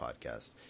Podcast